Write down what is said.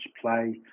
play